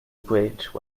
bridge